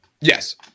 yes